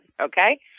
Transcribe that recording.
okay